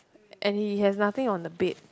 and he has nothing on the bed